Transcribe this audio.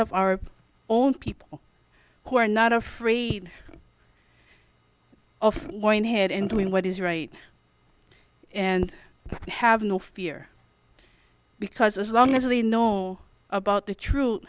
of our own people who are not afraid of going ahead in doing what is right and have no fear because as long as we know about the truth